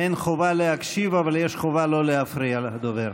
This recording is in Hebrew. אין חובה להקשיב, אבל יש חובה לא להפריע לדובר.